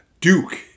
Duke